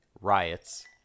riots